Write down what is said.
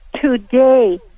Today